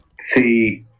see